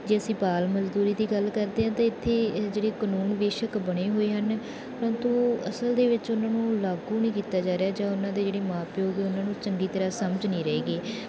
ਜੇ ਅਸੀਂ ਬਾਲ ਮਜ਼ਦੂਰੀ ਦੀ ਗੱਲ ਕਰਦੇ ਹਾਂ ਤਾਂ ਇੱਥੇ ਜਿਹੜੇ ਕਾਨੂੰਨ ਬੇਸ਼ੱਕ ਬਣੇ ਹੋਏ ਹਨ ਪਰੰਤੂ ਅਸਲ ਦੇ ਵਿੱਚ ਉਹਨਾਂ ਨੂੰ ਲਾਗੂ ਨਹੀਂ ਕੀਤਾ ਜਾ ਰਿਹਾ ਜਾਂ ਉਹਨਾਂ ਦੇ ਜਿਹੜੇ ਮਾਂ ਪਿਓ ਉਹ ਉਹਨਾਂ ਨੂੰ ਚੰਗੀ ਤਰ੍ਹਾਂ ਸਮਝ ਨਹੀਂ ਰਹੇ ਗੇ